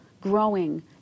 growing